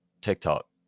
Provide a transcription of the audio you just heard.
tiktok